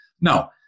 No